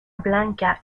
blanca